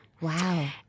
Wow